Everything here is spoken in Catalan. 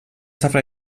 safrà